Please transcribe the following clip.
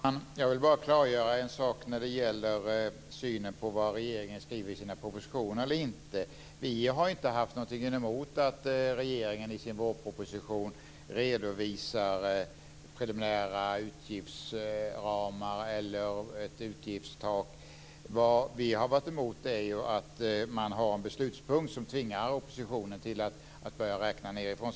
Herr talman! Jag vill klargöra frågan om synen på vad regeringen skriver i sina propositioner. Vi har inte haft något emot att regeringen i sin vårproposition redovisar preliminära utgiftsramar eller utgiftstak. Vad vi har haft något emot är att man har en beslutspunkt som tvingar oppositionen att börja räkna nedifrån.